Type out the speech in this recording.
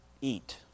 eat